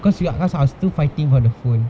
cause we ah us are still fighting for the phone